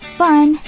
fun